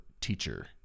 Teacher